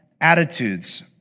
attitudes